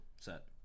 set